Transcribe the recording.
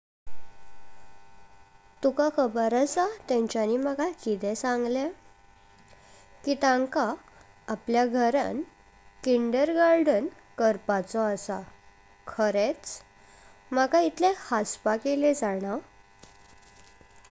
तुका खबर असा तेंचाणी म्हाका किते संगले? कि तंका आपल्या घरण किंडरगार्टन करपाचो असा। खरेच? म्हाका इटलें हसपाक येले जाणां।